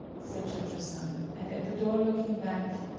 said cho-cho-san, and at the door looking back,